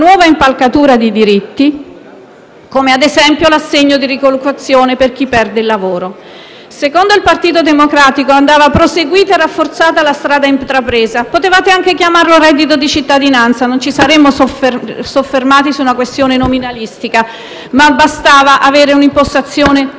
una nuova impalcatura di diritti come - per esempio - l'assegno di ricollocazione per chi perde il lavoro. Secondo il Partito Democratico andava proseguita e rafforzata la strada intrapresa. Potevate anche chiamarlo reddito di cittadinanza - non ci saremmo soffermati su una questione nominalistica - ma bastava avere una impostazione giusta